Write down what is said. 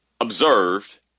observed